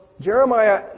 Jeremiah